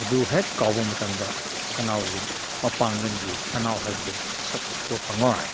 ꯑꯗꯨ ꯍꯦꯛ ꯀꯥꯎꯕ ꯃꯇꯝꯗ ꯁꯟꯅꯥꯎꯒꯤ ꯃꯄꯥꯡꯒꯟꯒꯤ ꯁꯟꯅꯥꯎ ꯍꯥꯏꯕꯗꯣ ꯃꯁꯛ ꯎꯕ ꯐꯪꯂꯣꯏ